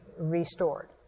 restored